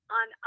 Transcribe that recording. on